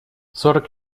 сорок